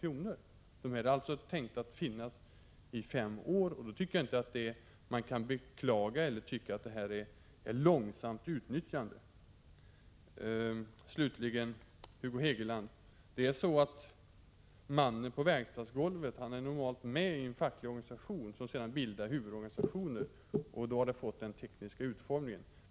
Fonderna är tänkta att finnas i fem år; därför anser inte jag att detta är ett långsamt utnyttjande. Slutligen, Hugo Hegeland, är mannen på verkstadsgolvet normalt medi en facklig organisation som i sin tur bildar huvudorganisationer. Därför har dessa förnyelsefonder fått denna tekniska utformning.